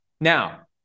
Now